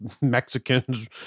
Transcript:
Mexicans